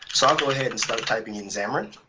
so i'll go ahead and start typing in xamarin.